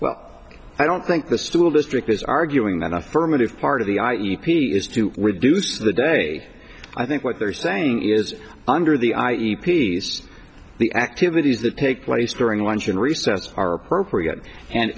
well i don't think the stool district is arguing that affirmative part of the i e p is to reduce the day i think what they're saying is under the i e e e piece the activities that take place during lunch and recess are appropriate and